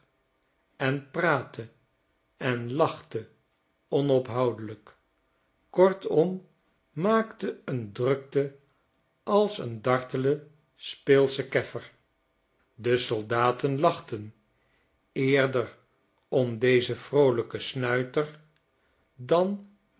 en praatte en lachte onophoudelijk kortom maakte een drukte als een dartele speelsche keffer de soldaten lachterj eerder om dezen vroolijken snuiter dan